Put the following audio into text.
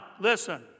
listen